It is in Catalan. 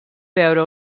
veure